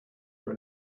your